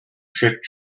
trick